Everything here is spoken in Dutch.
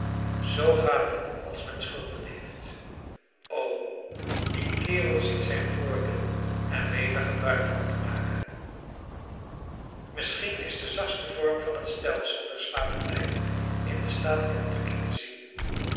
zoo gaat het als men schulden heeft o die kerel ziet zijn voordeel en weet er gebruik van te maken misschien is de zachtste vorm van het stelsel der slavernij in den staat kentucky te zien